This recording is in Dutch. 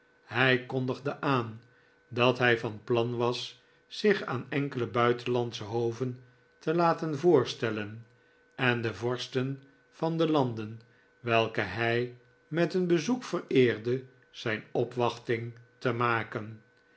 hij kondigde aan dat hij van plan was zich aan enkele buitenlandsche hoven te laten voorstellen en de vorsten van de landen welke hij met een bezoek vereerde zijn opwachting te maken